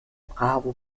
bravo